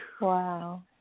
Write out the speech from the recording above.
Wow